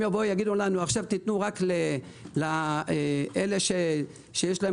אם יגידו לנו: תנו רק למי שיש להם